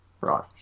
Right